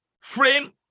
frame